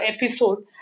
episode